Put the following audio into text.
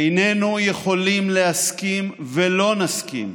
איננו יכולים להסכים, ולא נסכים,